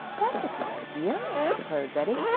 that's a good idea, declared betty.